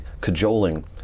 cajoling